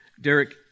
Derek